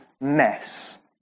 mess